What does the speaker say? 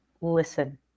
Listen